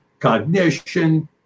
cognition